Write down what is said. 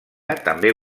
també